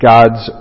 God's